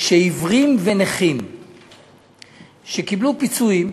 שעיוורים ונכים שקיבלו פיצויים,